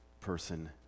person